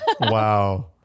wow